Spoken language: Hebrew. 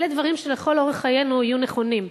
אלה דברים שלכל אורך חיינו יהיו נכונים.